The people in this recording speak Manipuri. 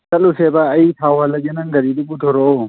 ꯆꯠꯂꯨꯁꯦꯕ ꯑꯩ ꯊꯥꯎ ꯍꯥꯜꯂꯒꯦ ꯅꯪ ꯒꯥꯔꯤꯗꯨ ꯄꯨꯊꯣꯔꯛꯑꯣ